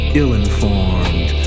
ill-informed